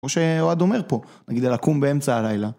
כמו שאוהד אומר פה, נגיד, הלקום באמצע הלילה.